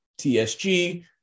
TSG